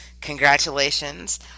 Congratulations